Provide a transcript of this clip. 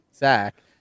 Zach